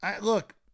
look